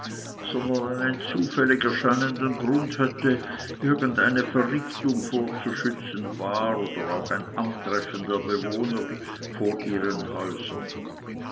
sondern einen zufällig erscheinenden grund hätte irgend eine verrichtung vorzuschützen war oder auch ein antreffen der bewohner vor ihren häusern